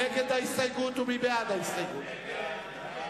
ההסתייגות של קבוצת סיעת מרצ